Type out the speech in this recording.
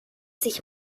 sich